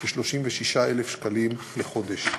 כ-36,000 שקלים לחודש.